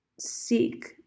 seek